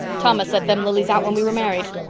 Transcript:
thomas set them lilies out when we were married.